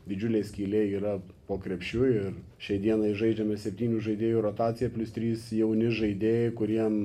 didžiulė skylė yra po krepšiu ir šiai dienai žaidžiame septynių žaidėjų rotaciją plius trys jauni žaidėjai kuriem